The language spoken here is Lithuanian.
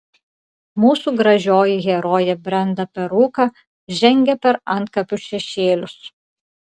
mūsų gražioji herojė brenda per rūką žengia per antkapių šešėlius